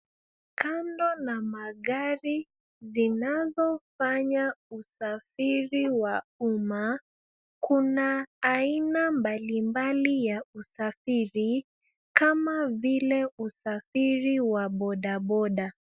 Kando na magari zinazofanya usafiri wa umma kuna aina mbalimbali ya usafiri kama vile usafiri wa bodaboda.